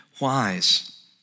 wise